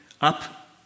up